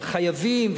שחייבים,